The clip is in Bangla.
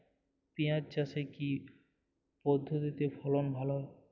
পিঁয়াজ চাষে কি পদ্ধতিতে ফলন ভালো হয়?